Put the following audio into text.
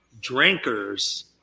drinkers